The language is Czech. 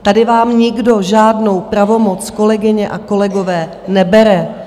Tady vám nikdo žádnou pravomoc, kolegyně a kolegové, nebere.